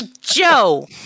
Joe